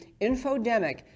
infodemic